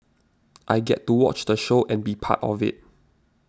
I get to watch the show and be part of it